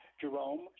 jerome